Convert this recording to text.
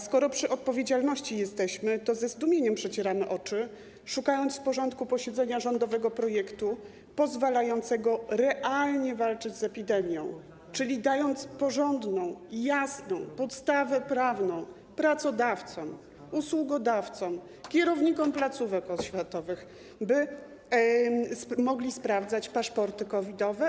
Skoro jesteśmy przy odpowiedzialności, to ze zdumieniem przecieramy oczy, szukając w porządku posiedzenia rządowego projektu pozwalającego realnie walczyć z epidemią, który dawałby porządną, jasną podstawę prawną pracodawcom, usługodawcom i kierownikom placówek oświatowych, by mogli sprawdzać paszporty COVID-owe.